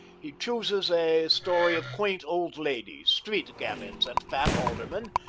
he chooses a story of quaint old ladies, street gamins, and fat aldermen.